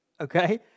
okay